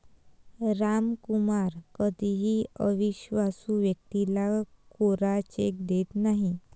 रामकुमार कधीही अविश्वासू व्यक्तीला कोरा चेक देत नाही